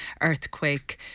Earthquake